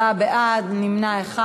34 בעד, נמנע אחד.